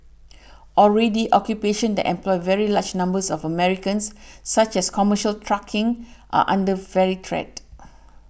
already occupations that employ very large numbers of Americans such as commercial trucking are under fairly threat